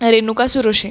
Renuka सुरूशे